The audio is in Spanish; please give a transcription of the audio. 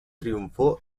triunfó